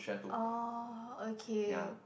oh okay